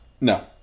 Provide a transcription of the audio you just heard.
No